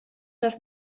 das